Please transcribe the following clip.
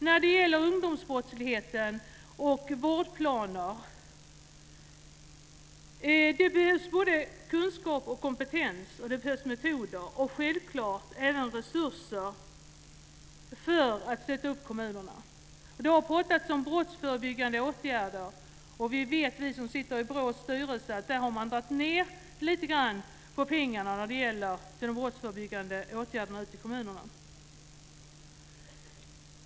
När det gäller ungdomsbrottsligheten och vårdplaner behövs både kunskap och kompetens och metoder. Självfallet behövs även resurser för att stötta kommunerna. Det har pratats om brottsförebyggande åtgärder, och vi som sitter i BRÅ:s styrelse vet att man har dragit ned lite grann på pengarna till de brottsförebyggande åtgärderna ute i kommunerna.